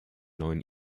neuen